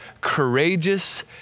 courageous